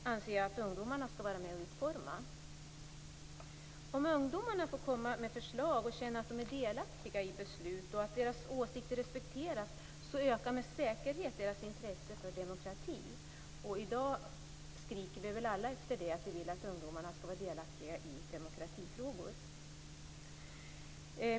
Jag anser att ungdomarna skall vara med om att utforma det materialet. Om ungdomarna får komma med förslag, känna att de är delaktiga i besluten och att deras åsikter respekteras, ökar med all säkerhet deras intresse för demokrati. Vi skriker väl alla i dag efter att ungdomarna skall vara delaktiga i demokratifrågor.